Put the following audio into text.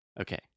Okay